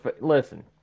Listen